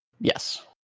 Yes